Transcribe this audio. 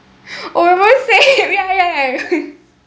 oh we are both same ya ya